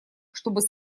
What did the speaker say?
чтобы